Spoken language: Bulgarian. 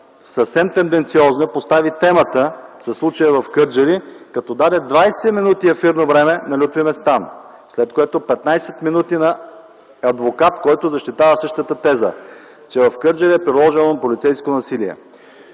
съвсем тенденциозно постави темата със случая в Кърджали като даде 20 мин. ефирно време на Лютви Местан, след което – 15 мин. на адвокат, който защитава същата теза – че в Кърджали е приложено полицейско насилие.